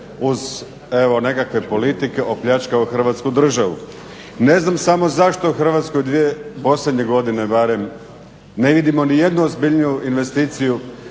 nekakve politike opljačkao Hrvatsku državu. Ne znam samo zašto u Hrvatskoj dvije posljednje godine barem ne vidimo nijednu ozbiljniju investiciju,